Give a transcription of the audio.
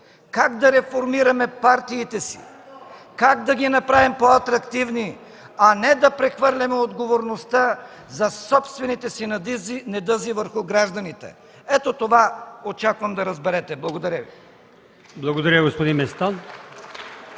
как да реформираме партиите си, как да ги направим по-атрактивни, а не да прехвърляме отговорността за собствените си недъзи върху гражданите. Ето това очаквам да разберете. Благодаря Ви.